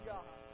God